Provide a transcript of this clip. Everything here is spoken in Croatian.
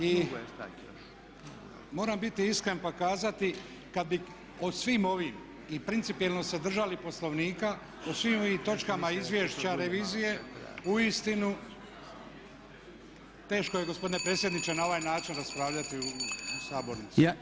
I moram biti iskren pa kazati, kada bi o svim ovim i principijelno se držali Poslovnika o svim ovim točkama izvješća revizije uistinu, teško je gospodine predsjedniče na ovaj način raspravljati u sabornici.